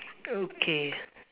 okay